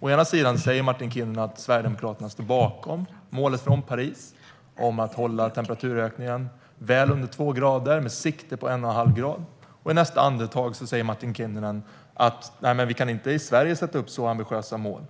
Å ena sidan säger Martin Kinnunen att Sverigedemokraterna står bakom målet från Paris om att hålla temperaturökningen väl under 2 grader med sikte på 1,5 grader. Å andra sidan säger Martin Kinnunen att vi i Sverige inte kan sätta upp så ambitiösa mål.